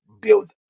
build